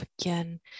again